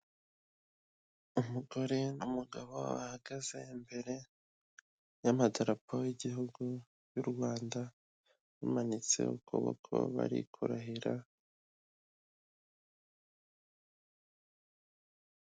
Umugore n'umugabo bahagaze imbere y'amadapo y'igihugu y'u Rwanda, bamanitse ukuboko bari kurahira.